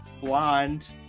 blonde